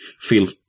feel